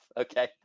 Okay